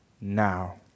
now